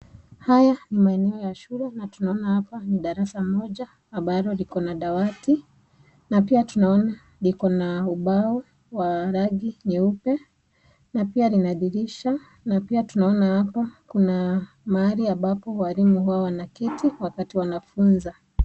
Haya ni maeneo ya shule na tunaona hapa ni darasa moja ambalo likona dawati na pia tunaona likona ubao wa rangi nyeupe na pia lina dirisha na pia tunaona hapa kuna mahali ambapo walimu huwa wanaketi wakati wanafuza.